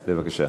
בבקשה.